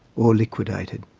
or liquidated.